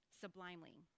sublimely